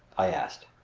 i asked.